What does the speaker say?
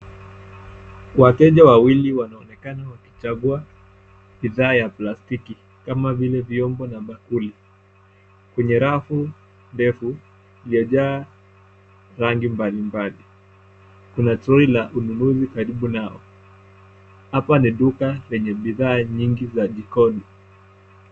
Wateja wawili wanaonekana wakichangua bidhaa ya plastiki kama vile vyombo vya mankuli. Kwenye rafu ndefu yajaa rangi mbalimbali, kuna troli ya ununuzi ,hapa ni duka yenye bidhaa nyingi za jikoni.